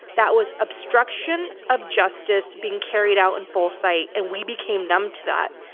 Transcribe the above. that was obstruction of justice being carried out in full sight and we became numb to that.